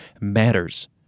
matters